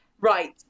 right